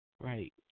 right